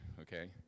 Okay